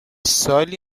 سالی